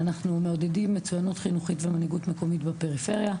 אנחנו מעודדים מצוינות חינוכית ומנהיגות מקומית בפריפריה,